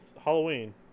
Halloween